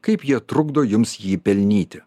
kaip jie trukdo jums jį pelnyti